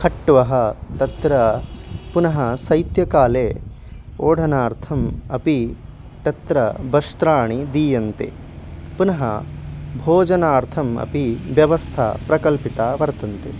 खट्वः तत्र पुनः शैत्यकाले ओढनार्थम् अपि तत्र वस्त्राणि दीयन्ते पुनः भोजनार्थम् अपि व्यवस्थाः प्रकल्पिताः वर्तन्ते